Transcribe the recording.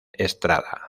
estrada